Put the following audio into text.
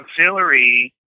auxiliary